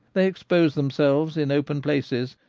they expose themselves in open places,